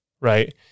right